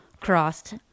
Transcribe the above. crossed